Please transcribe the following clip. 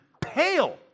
pale